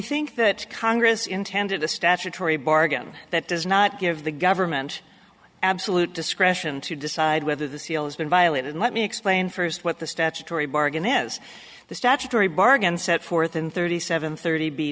think that congress intended a statutory bargain that does not give the government absolute discretion to decide whether the seal has been violated let me explain first what the statutory bargain is the statutory bargain set forth in thirty seven thirty